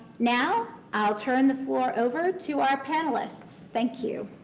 now i'll turn the floor over to our panelists. thank you.